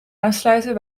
aansluiten